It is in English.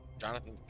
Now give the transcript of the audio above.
Jonathan